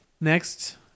Next